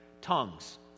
tongues